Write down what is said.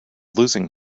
losing